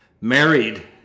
Married